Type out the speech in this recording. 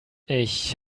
ich